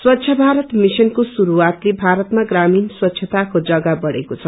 स्वच्छ भारत मिशनको शुस्रआतले भारतमा ग्रामीण स्वच्छताको जग्गा बढ़ेको छ